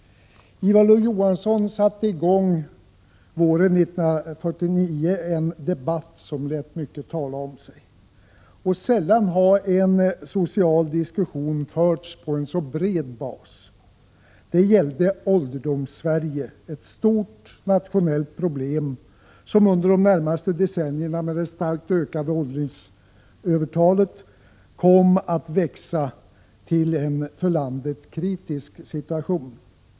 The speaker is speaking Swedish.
Ivar Lo Johansson satte våren 1949 i gång en debatt som lät mycket tala om sig. Sällan har en social diskussion förts på en så bred bas. Det gällde Ålderdomssverige, ett stort nationellt problem som under de närmaste decennierna, med ett stort åldringsövertal, kom att leda till en för landet kritisk situation.